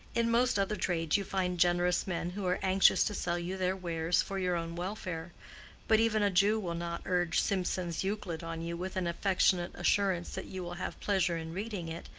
in most other trades you find generous men who are anxious to sell you their wares for your own welfare but even a jew will not urge simson's euclid on you with an affectionate assurance that you will have pleasure in reading it,